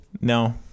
No